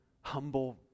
humble